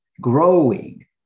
Growing